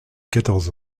quatorze